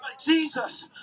Jesus